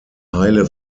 heile